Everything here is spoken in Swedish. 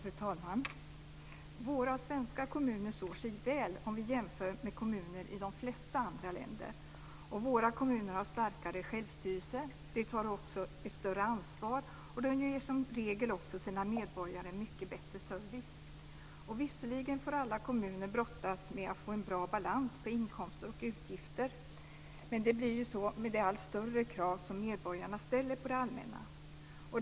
Fru talman! Våra svenska kommuner står sig väl om vi jämför med kommuner i de flesta andra länder. Våra kommuner har starkare självstyrelse, tar ett större ansvar och ger som regel också sina medborgare en mycket bättre service. Visserligen får alla kommuner brottas med att få en bra balans på inkomster och utgifter, men det blir ju så med de allt större krav som medborgarna ställer på det allmänna.